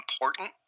important